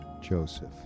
Joseph